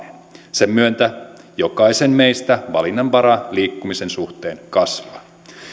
sen myötä jokaisen meistä valinnanvara liikkumisen suhteen kasvaa